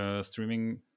streaming